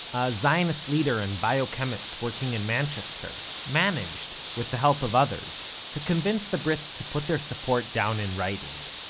a zionist leader and biochemist working in manchester, managed with the help of others to convince the brits to put their support down in writing.